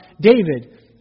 David